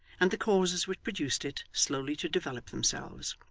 and the causes which produced it slowly to develop themselves.